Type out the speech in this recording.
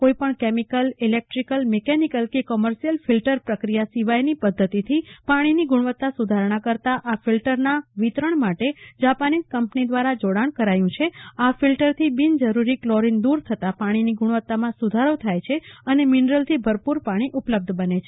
કોઇપણ કેમિકલઇલેક્ટ્રિકમિકેનીકલ કે commercial filter પ્રક્રિયા સિવાયની પદ્વતિ થી પાણી ની ગુણવત્તા સુધારણા કરતા આ ફિલ્ટરનાં વિતરણ માટે આ જાપાનીઝ કંપની દ્વારા જોડાણ કરાયું છે આ ફિલ્ટરથી બીજ જરૂરી ક્લોરીન દુર થતા પાણીની ગુણવતામાં સુધારો થાય છે અને મિનરલ થી ભરપુર પાણી ઉપલબ્ધ બને છે